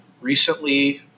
recently